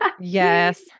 Yes